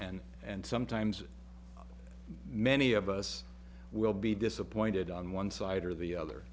and and sometimes many of us will be disappointed on one side or the other